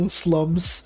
slums